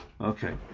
okay